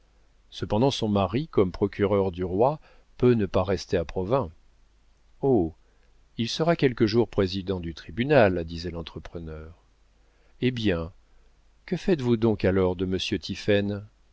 cependant son mari comme procureur du roi peut ne pas rester à provins oh il sera quelque jour président du tribunal disait l'entrepreneur hé bien et que faites-vous donc alors de monsieur